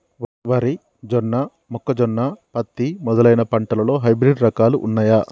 వరి జొన్న మొక్కజొన్న పత్తి మొదలైన పంటలలో హైబ్రిడ్ రకాలు ఉన్నయా?